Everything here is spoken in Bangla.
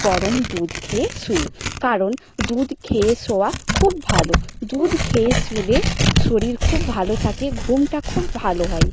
গরম দুধ খেয়ে শুই কারণ দুধ খেয়ে শোওয়া খুব ভালো দুধ খেয়ে শুলে শরীর খুব ভালো থাকে ঘুমটা খুব ভালো হয়